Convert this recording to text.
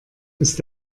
ist